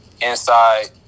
inside